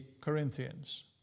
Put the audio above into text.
Corinthians